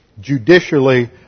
judicially